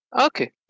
Okay